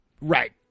Right